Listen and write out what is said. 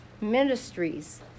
ministries